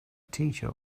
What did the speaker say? teacher